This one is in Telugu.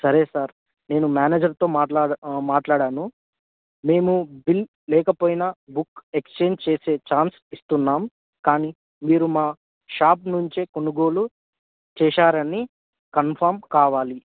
సరే సార్ నేను మేనేజర్తో మాట్లాడాను మేము బిల్ లేకపోయినా బుక్ ఎక్స్చేంజ్ చేసే ఛాన్స్ ఇస్తున్నాము కానీ మీరు మా షాప్ నుంచే కొనుగోలు చేశారని కన్ఫామ్ కావాలి